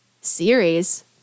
series